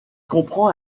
comprend